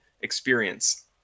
experience